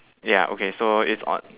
ya okay so it's on